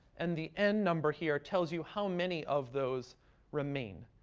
and the n number, here, tells you how many of those remain.